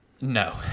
No